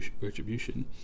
Retribution